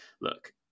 look